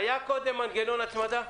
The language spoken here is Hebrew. היה קודם מנגנון הצמדה?